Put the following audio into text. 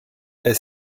est